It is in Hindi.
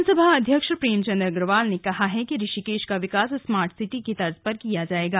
विधानसभा अध्यक्ष प्रेमचंद प्रेमचंद अग्रवाल अग्रवाल ने कहा है कि ऋषिकेश का विकास स्मार्ट सिटी की तर्ज पर किया जाएगा